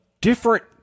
different